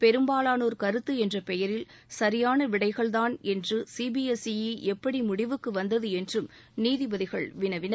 பெரும்பாலானோர் கருத்து என்ற பெயரில் சரியான விடைகள்தான் என்று சிபிஎஸ்ஈ எப்படி முடிவுக்கு வந்தது என்றும் நீதிபதிகள் வினவினர்